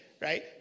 right